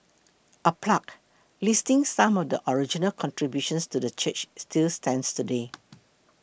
a plaque listing some of the original contributions to the church still stands today